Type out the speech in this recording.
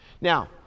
Now